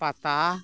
ᱯᱟᱛᱟ